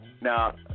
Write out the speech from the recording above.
Now